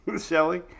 shelly